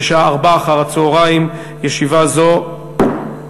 בשעה 16:00. ישיבה זו נעולה.